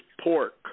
pork